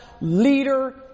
leader